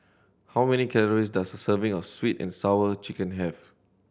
how many calories does a serving of Sweet And Sour Chicken have